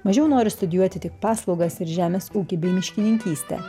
mažiau nori studijuoti tik paslaugas ir žemės ūkį bei miškininkystę